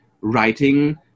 writing